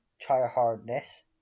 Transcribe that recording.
try-hardness